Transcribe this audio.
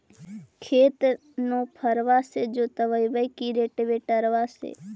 खेत नौफरबा से जोतइबै की रोटावेटर से?